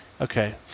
Okay